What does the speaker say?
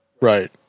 right